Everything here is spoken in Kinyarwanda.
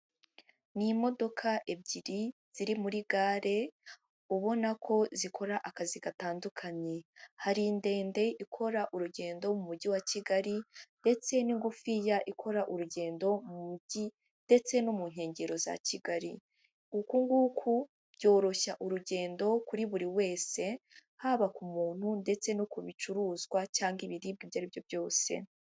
Ni imodoka ebyiri ziri muri gare ubona ko zikora akazi gatandukanye, hari ndende ikora urugendo mu mujyi wa Kigali ndetse n'ingufiya ikora urugendo mu mujyi ndetse no mu nkengero za Kigali, uku nguku byoroshya urugendo kuri buri wese haba ku muntu ndetse no ku bicuruzwa cyangwa ibiribwa ibyo ari byo byose.